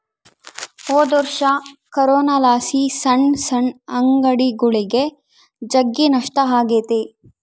ಹೊದೊರ್ಷ ಕೊರೋನಲಾಸಿ ಸಣ್ ಸಣ್ ಅಂಗಡಿಗುಳಿಗೆ ಜಗ್ಗಿ ನಷ್ಟ ಆಗೆತೆ